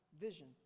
vision